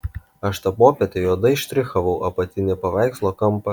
aš tą popietę juodai štrichavau apatinį paveikslo kampą